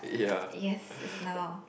yes now